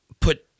Put